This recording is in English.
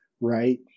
Right